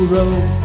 Road